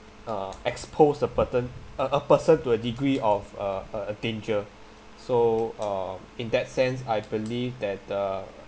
uh expose a person a a person to a degree of uh uh a danger so uh in that sense I believe that uh